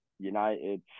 United